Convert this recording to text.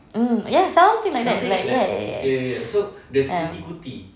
mm ya something like that ya ya ya mm